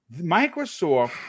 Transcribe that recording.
Microsoft